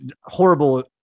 horrible